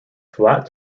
flat